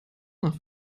nach